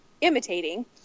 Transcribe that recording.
imitating